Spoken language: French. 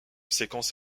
séquence